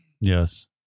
Yes